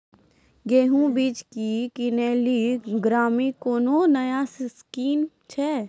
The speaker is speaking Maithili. गेहूँ बीज की किनैली अग्रिम कोनो नया स्कीम छ?